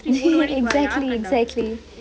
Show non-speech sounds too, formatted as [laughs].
[laughs] exactly exactly